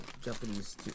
Japanese